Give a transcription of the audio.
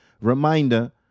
reminder